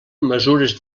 mesures